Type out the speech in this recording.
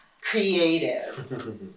creative